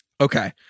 Okay